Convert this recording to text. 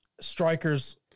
strikers